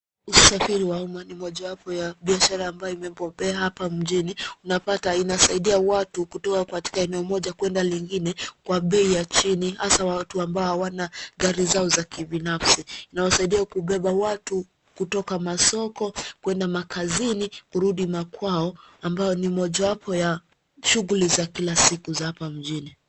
Usafiri wa umma ni mojawapo ya biashara ambayo imebobea hapa mjini unapata aina zaidi ya watu kutoka katika eneo moja kwenda lingine kwa bei ya chini hasa watu ambao hawana gari zao za kibinafsi, inawasaidia kubeba watu kutoka masoko kwenda makazini kurudi makwao ambayo ni mojawapo ya shughuli za kila siku za hapa mjini.